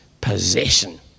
possession